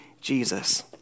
Jesus